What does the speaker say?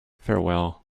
farewell